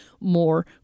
more